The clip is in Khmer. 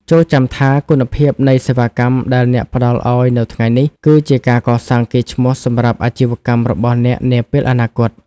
ចូរចាំថា គុណភាពនៃសេវាកម្មដែលអ្នកផ្តល់ឱ្យនៅថ្ងៃនេះ គឺជាការកសាងកេរ្តិ៍ឈ្មោះសម្រាប់អាជីវកម្មរបស់អ្នកនាពេលអនាគត។